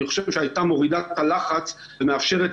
אני חושב שהייתה מורידה את הלחץ ומאפשרת